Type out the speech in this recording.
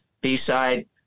B-side